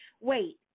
Wait